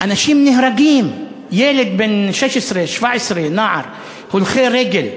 אנשים נהרגים, ילד בן 16 17, נער, הולכי רגל.